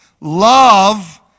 Love